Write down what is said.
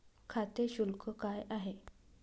खाते शुल्क काय आहे?